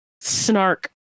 snark